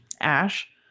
ash